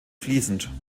fließend